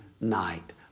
night